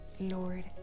Lord